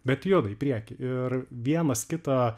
bet juda į priekį ir vienas kitą